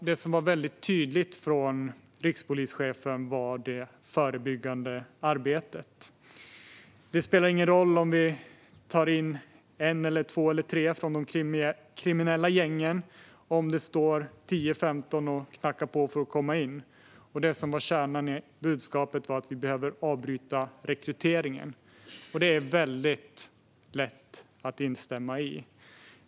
Det som var mycket tydligt från rikspolischefen var det förebyggande arbetet. Det spelar ingen roll om man tar in en, två eller tre från de kriminella gängen om det står tio eller femton och knackar på för att komma in i gängen. Det som var kärnan i budskapet var att rekryteringen behöver avbrytas. Det är mycket lätt att instämma i.